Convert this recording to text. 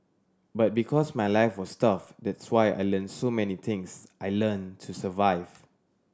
but because my life was tough that's why I learnt so many things I learnt to survive